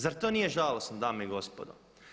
Zar to nije žalosno dame i gospodo.